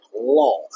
law